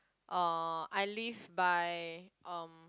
uh I live by um